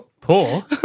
poor